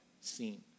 seen